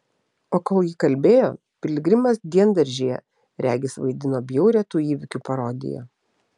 o kol ji kalbėjo piligrimas diendaržyje regis vaidino bjaurią tų įvykių parodiją